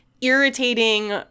irritating